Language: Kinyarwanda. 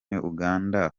uganda